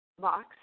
box